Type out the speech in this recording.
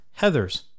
heathers